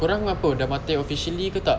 korang apa dah mata air officially ke tak